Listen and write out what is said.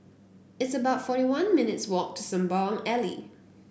it's about forty one minutes' walk to Sembawang Alley